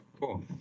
Cool